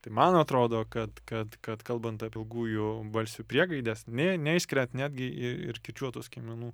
tai man atrodo kad kad kad kalbant apie ilgųjų balsių priegaides nė neišskiriat netgi i ir kirčiuotų skiemenų